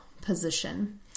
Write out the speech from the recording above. position